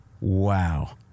Wow